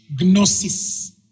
Gnosis